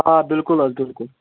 آ بِلکُل حظ بِلکُل